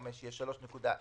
יש לנו שני סעיפים על סדר היום.